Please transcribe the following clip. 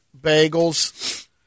bagels